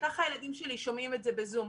ככה הילדים שלי שומעים את זה בזום.